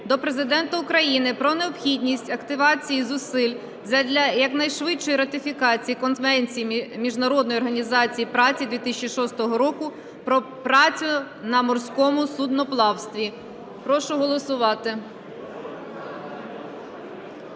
до Президента України про необхідність активізації зусиль задля якнайшвидшої ратифікації Конвенції Міжнародної організації праці 2006 року про працю на морському судноплавстві. Прошу голосувати.